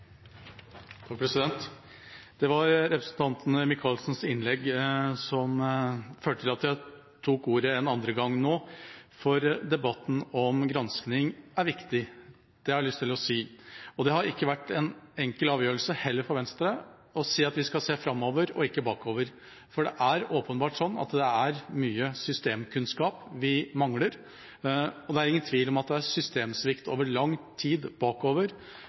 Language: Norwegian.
Det var representanten Micaelsens innlegg som førte til at jeg tok ordet en andre gang nå, for debatten om granskning er viktig. Det har jeg lyst til å si. Det har heller ikke vært en enkel avgjørelse for Venstre å si at vi skal se framover og ikke bakover, for det er åpenbart at vi mangler mye systemkunnskap, og det er ingen tvil om at det er systemsvikt over lang tid bakover